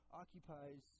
occupies